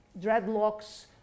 dreadlocks